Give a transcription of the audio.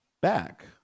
back